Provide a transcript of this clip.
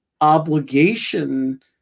obligation